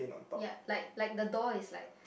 ya like like the door is like